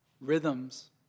Rhythms